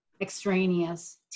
extraneous